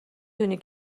دونی